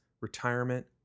retirement